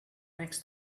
next